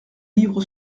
livre